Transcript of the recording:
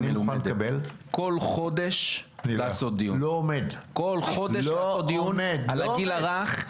כל חודש לעשות דיון לגיל הרך,